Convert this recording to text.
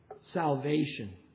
salvation